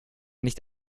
nicht